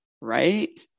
Right